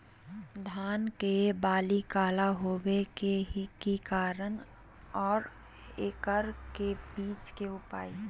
धान के बाली काला होवे के की कारण है और एकरा से बचे के उपाय?